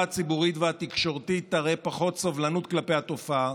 הציבורית והתקשורתית תראה פחות סובלנות כלפי התופעה,